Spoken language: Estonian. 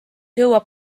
jõuab